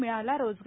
मिळाला रोजगार